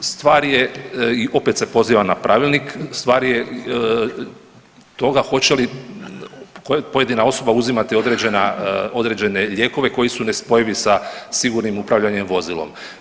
Stvar je i opet se pozivam na pravilnik, stvar je toga hoće li pojedina osoba uzimati određene lijekove koji su nespojivi sa sigurnim upravljanjem vozilom.